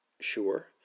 sure